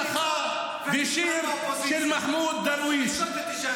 אתה דרוש בכל מקום שתגיע אליו.